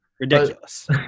ridiculous